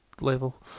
level